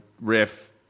riff